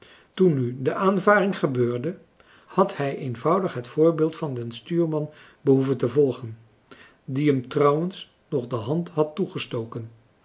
toen nu de aanvaring gebeurde had hij eenvoudig het voorbeeld van den stuurman behoeven te volgen die hem trouwens nog de hand had toegestoken